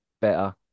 better